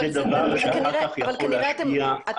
אז זה דבר שאחר כך יכול להשפיע על